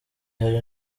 hari